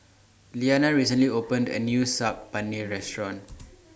Iliana recently opened A New Saag Paneer Restaurant